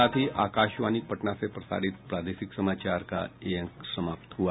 इसके साथ ही आकाशवाणी पटना से प्रसारित प्रादेशिक समाचार का ये अंक समाप्त हुआ